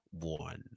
one